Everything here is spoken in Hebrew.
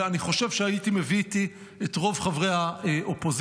ואני חושב שהייתי מביא איתי את רוב חברי האופוזיציה.